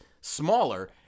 smaller